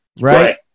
Right